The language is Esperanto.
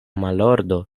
malordo